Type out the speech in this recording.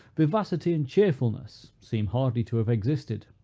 vivacity and cheerfulness seem hardly to have existed.